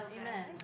amen